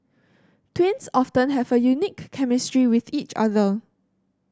twins often have a unique chemistry with each other